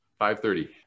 5.30